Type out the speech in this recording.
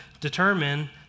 determine